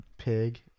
pig